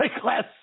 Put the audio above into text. Class